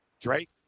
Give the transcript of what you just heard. Drake